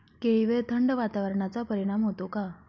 केळीवर थंड वातावरणाचा परिणाम होतो का?